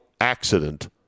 accident